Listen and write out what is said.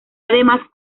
además